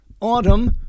autumn